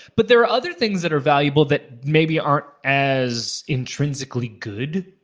but there are other things that are valuable that maybe aren't as intrinsically good,